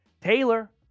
Taylor